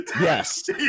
Yes